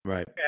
Right